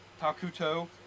Takuto